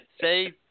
Say